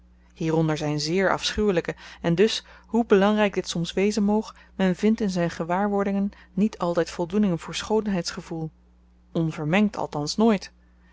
hieronder zyn zeer afschuwelyke en dus hoe belangryk dit soms wezen moog men vindt in zyn gewaarwordingen niet altyd voldoening voor schoonheidsgevoel onvermengd althans nooit